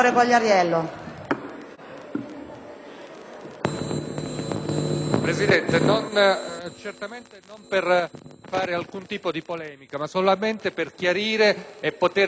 Presidente, intervengo non per fare polemica, ma solamente per chiarire e poter migliorare il percorso dei nostri lavori futuri.